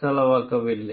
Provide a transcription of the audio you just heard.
செலவாகவில்லை